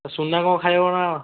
ଆଉ ସୁନା କ'ଣ ଖାଇ ହେବନା କ'ଣ